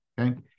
Okay